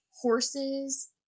horses